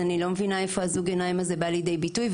אני לא מבינה איפה הזוג העיניים האלה באות לידי ביטוי?